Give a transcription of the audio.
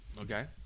Okay